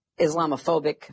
Islamophobic